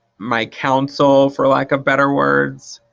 my counsel for lack of better words.